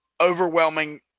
overwhelming